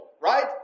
Right